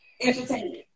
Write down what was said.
Entertainment